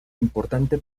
importante